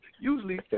usually